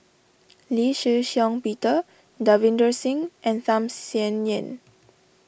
Lee Shih Shiong Peter Davinder Singh and Tham Sien Yen